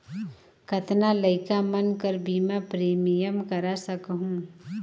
कतना लइका मन कर बीमा प्रीमियम करा सकहुं?